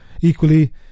Equally